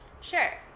Sure